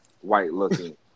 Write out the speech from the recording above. white-looking